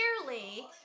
clearly